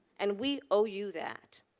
and we owe you that.